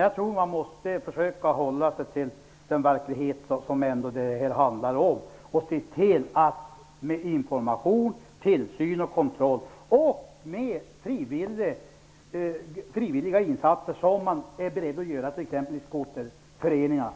Jag tror att man skall försöka hålla sig till den verklighet som det handlar om och se till att med information, tillsyn och kontroll och frivilliga insatser, t.ex. från skoterföreningarna,